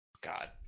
God